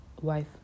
wife